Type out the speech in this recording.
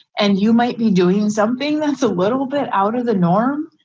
and you might be doing something that's a little bit out of the norm.